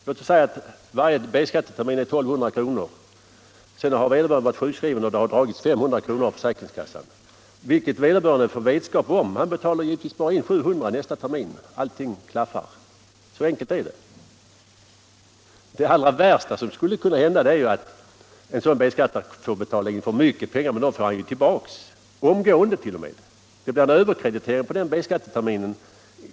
Låt oss säga att beloppet för varje B-skattetermin är 1 200 kr. Sedan har vederbörande varit sjukskriven och det har dragits 500 kr. av försäkringskassan, vilket vederbörande får vetskap om. Han betalar då givetvis in 700 kr. nästa termin, och allting klaffar. Så enkelt är det. Det allra värsta som skulle kunna hända är ju att en sådan B-skattare får betala in för mycket pengar. Men dessa pengar får han ju tillbaka, omgående t.o.m. Det blir en överkreditering på den aktuella B-skatteterminen.